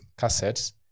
cassettes